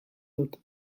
dut